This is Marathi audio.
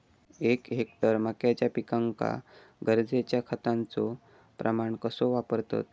एक हेक्टर मक्याच्या पिकांका गरजेच्या खतांचो प्रमाण कसो वापरतत?